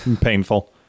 painful